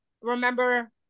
remember